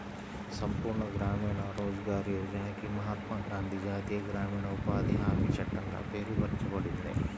సంపూర్ణ గ్రామీణ రోజ్గార్ యోజనకి మహాత్మా గాంధీ జాతీయ గ్రామీణ ఉపాధి హామీ చట్టంగా పేరు మార్చబడింది